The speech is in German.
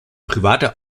private